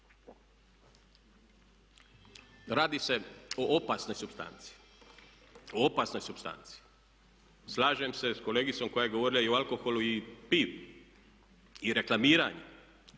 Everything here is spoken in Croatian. o opasnoj supstanci. Slažem se sa kolegicom koja je govorila i o alkoholu i pivi i reklamiranju.